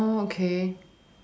oh okay